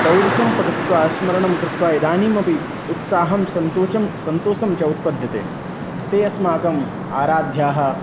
पौरुषं पठित्वा स्मरणं कृत्वा इदानीमपि उत्साहं सन्तोषं सन्तोषं च उत्पद्यते ते अस्माकम् आराध्याः